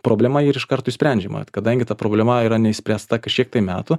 problema yr iškarto išsprendžiama kadangi ta problema yra neišspręsta kažkiek metų